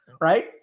right